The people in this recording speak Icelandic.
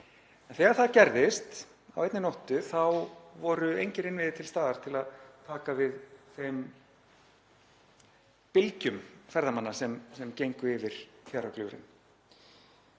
Þegar það gerðist á einni nóttu voru engir innviðir til staðar til að taka við þeim bylgjum ferðamanna sem gengu yfir Fjaðrárglúfrin.